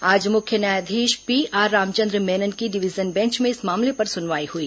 आज मुख्य न्यायाधीश पीआर रामचंद्र मेनन की डिवीजन बेंच में इस मामले पर सुनवाई हुई